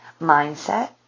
Mindset